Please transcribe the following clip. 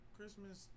Christmas